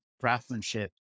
craftsmanship